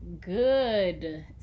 good